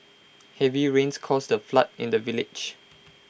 heavy rains caused A flood in the village